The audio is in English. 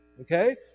Okay